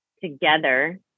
together